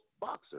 boxer